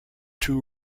two